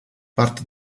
parte